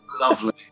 Lovely